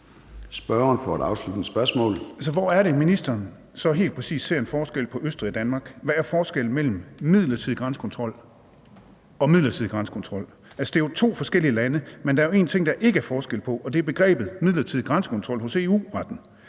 hvor er det, ministeren så helt præcis ser en forskel på Østrig og Danmark? Hvad er forskellen mellem midlertidig grænsekontrol og midlertidig grænsekontrol? Altså, det er jo to forskellige lande, men der er en ting, der ikke er forskel på, og det er begrebet midlertidig grænsekontrol hos EU-retten.